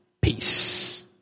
Peace